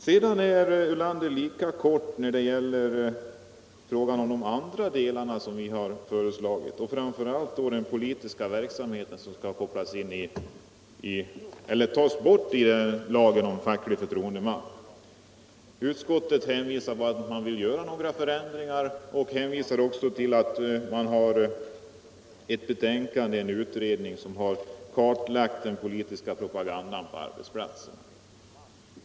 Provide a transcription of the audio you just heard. Sedan var herr Ulander också mycket kort när det gäller de andra delar som vi har föreslagit, framför allt då vad gäller den politiska verksamheten, som skall tas bort ur lagen om facklig förtroendeman. Utskottet hänvisar där bara till att man önskar förändringar och säger att en utredning har kartlagt den politiska propagandan på arbetsplatserna.